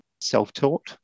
self-taught